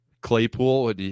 Claypool